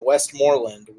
westmorland